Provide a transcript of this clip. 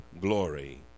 glory